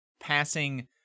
passing